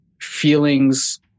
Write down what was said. feelings